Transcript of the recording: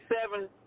seven